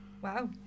Wow